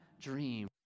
dream